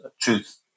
truth